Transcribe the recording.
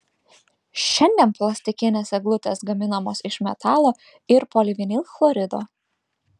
šiandien plastikinės eglutės gaminamos iš metalo ir polivinilchlorido